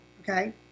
Okay